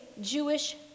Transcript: Jewish